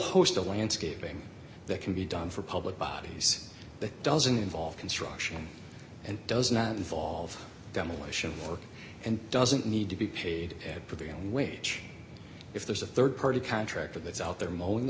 host of landscaping that can be done for public bodies that doesn't involve construction and does not involve demolition work and doesn't need to be paid at prevailing wage if there's a rd party contractor that's out there moaning the